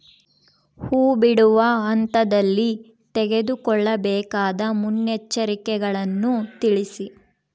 ಹೂ ಬಿಡುವ ಹಂತದಲ್ಲಿ ತೆಗೆದುಕೊಳ್ಳಬೇಕಾದ ಮುನ್ನೆಚ್ಚರಿಕೆಗಳನ್ನು ತಿಳಿಸಿ?